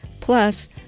Plus